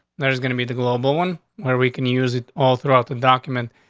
there is gonna be the global one where we can use it all throughout the document.